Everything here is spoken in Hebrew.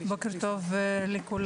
בוקר טוב לכולם.